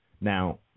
now